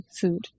Food